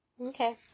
Okay